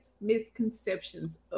misconceptions